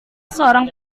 seorang